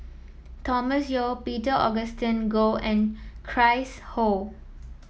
Thomas Yeo Peter Augustine Goh and Chris Ho